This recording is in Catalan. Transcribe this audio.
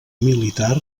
militar